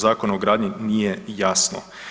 Zakona o gradnji nije jasno.